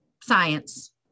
science